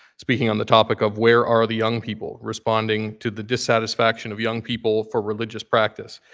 speaking on the topic of, where are the young people? responding to the dissatisfaction of young people for religious practice.